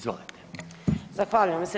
Zahvaljujem se.